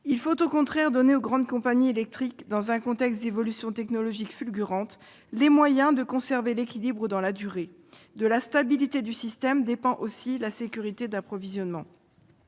Il faut au contraire donner aux grandes compagnies d'électricité, dans un contexte où l'évolution technologique est fulgurante, les moyens de conserver l'équilibre dans la durée. De la stabilité du système dépend aussi la sécurité d'approvisionnement.